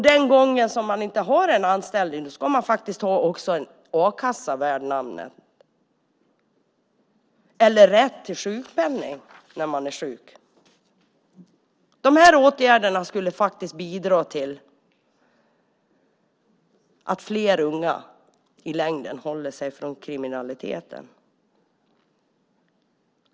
När man inte har en anställning ska man ha en a-kassa värd namnet eller rätt till sjukpenning när man är sjuk. De här åtgärderna skulle bidra till att fler unga i längden håller sig borta från kriminalitet.